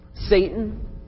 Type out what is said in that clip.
Satan